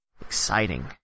Exciting